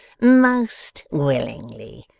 most willingly.